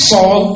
Saul